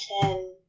ten